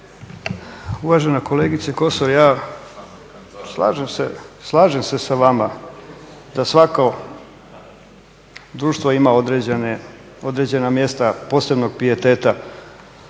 Uvažena kolegice Kosor, ja slažem se sa vama da svako društvo ima određena mjesta posebnog pijeteta.